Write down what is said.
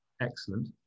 excellent